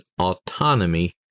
autonomy